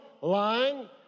lying